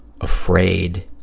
afraid